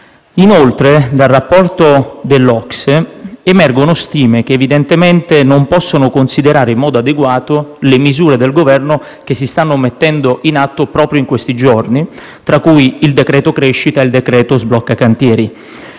Inoltre, dal rapporto dell'OCSE emergono stime che evidentemente non possono considerare in modo adeguato le misure del Governo che si stanno mettendo in atto proprio in questi giorni, tra cui il decreto crescita e il decreto sblocca cantieri,